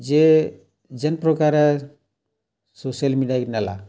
ଯେ ଯେନ୍ ପ୍ରକାର ସୋସିଆଲ୍ ମିଡ଼ିଆ ନେଲା